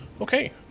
Okay